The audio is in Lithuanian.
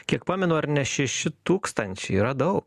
kiek pamenu ar ne šeši tūkstančiai radau